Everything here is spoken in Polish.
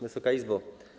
Wysoka Izbo!